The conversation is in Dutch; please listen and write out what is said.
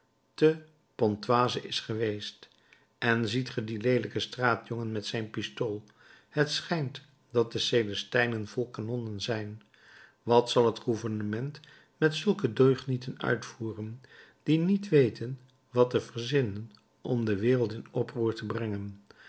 te pontoise is geweest en ziet ge dien leelijken straatjongen met zijn pistool het schijnt dat de celestijnen vol kanonnen zijn wat zal het gouvernement met zulke deugnieten uitvoeren die niet weten wat te verzinnen om de wereld in oproer te brengen